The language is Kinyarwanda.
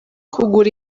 kugura